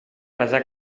pesar